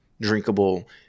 drinkable